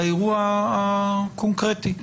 לאירוע הקונקרטי.